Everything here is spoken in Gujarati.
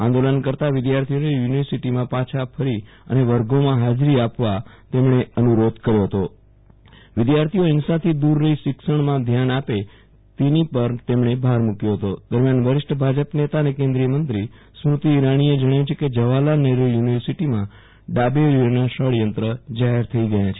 આંદોલન કરતા વિધાર્થીઓને યુ નિવર્સિટીમાં પાછા ફરી અને વર્ગોમાં હાજરી આપવા તેમણે અનુ રોધ કર્યો હતો વિધાર્થીઓ હિંસાથી દરુ રહી શિક્ષણમાં ધ્યાન આપે તેની પર તેમણે ભાર મુક્યો હતો દરમિયાન વરિષ્ઠ ભાજપ નેતા અને કેન્દ્રીય મંત્રરી સ્મૃતિ ઈરાનીએ જણાવ્યુ છે કે જવાહરલાલ નહેરૂ યુ નિવર્સિટીમાં ડાબેરીઓના ષડયંત્ર જાહેર થઈ ગયા છે